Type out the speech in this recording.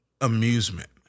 amusement